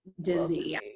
dizzy